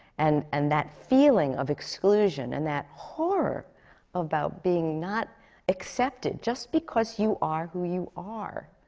and and that feeling of exclusion and that horror about being not accepted, just because you are who you are.